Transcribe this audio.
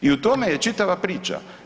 I u tome je čitava priča.